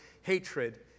hatred